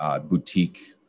boutique